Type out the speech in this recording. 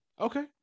Okay